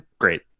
great